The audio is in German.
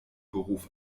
beruf